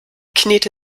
knete